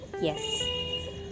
Yes